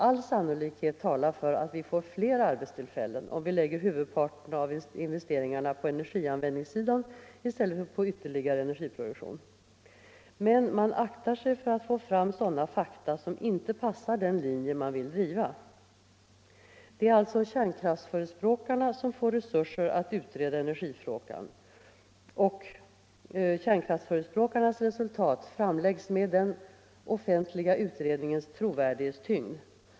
All sannolikhet talar för att vi får fler arbetstillfällen, om vi lägger huvudparten av investeringarna på energianvändningssidan i stället för på ytterligare energiproduktion. Men man aktar sig för att få fram sådana fakta som inte passar den linje man vill driva. Det är alltså kärnkraftsförespråkarna som får resurser att utreda energifrågan, och kärnkraftsförespråkarnas resultat framläggs med den offentliga utredningens trovärdighetstyngd.